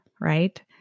right